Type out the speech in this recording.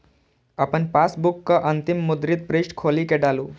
अपन पासबुकक अंतिम मुद्रित पृष्ठ खोलि कें डालू